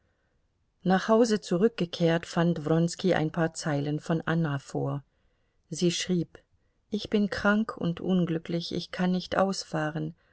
nach hause zurückgekehrt fand wronski ein paar zeilen von anna vor sie schrieb ich bin krank und unglücklich ich kann nicht ausfahren